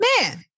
man